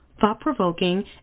thought-provoking